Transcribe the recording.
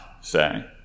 say